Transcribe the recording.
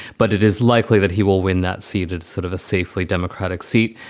but it is likely that he will win that seat. it's sort of a safely democratic seat.